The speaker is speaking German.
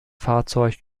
fahrzeug